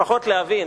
לפחות להבין,